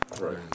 right